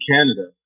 Canada